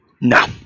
No